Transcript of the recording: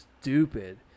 stupid